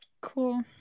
Cool